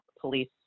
police